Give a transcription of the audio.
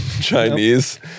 chinese